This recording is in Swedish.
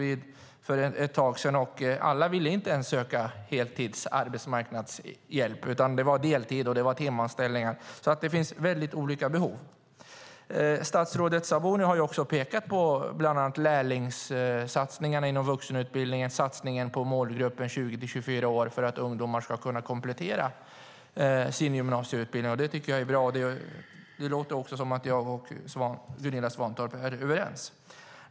Många hade sökt sig till Arbetsförmedlingen, men alla ville inte söka arbetsmarknadshjälp på heltid utan ville ha deltid och timanställningar. Det finns alltså olika behov. Statsrådet Sabuni har bland annat pekat på lärlingssatsningarna inom vuxenutbildningarna och på satsningen på målgruppen 20-24 år för att ungdomar ska kunna komplettera sin gymnasieutbildning. Det tycker jag är bra, och det verkar som om Gunilla Svantorp och jag är överens där.